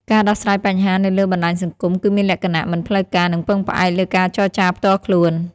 ការដោះស្រាយបញ្ហានៅលើបណ្តាញសង្គមគឺមានលក្ខណៈមិនផ្លូវការនិងពឹងផ្អែកលើការចរចាផ្ទាល់ខ្លួន។